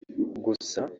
gusa